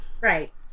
Right